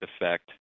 effect